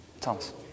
Thomas